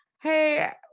hey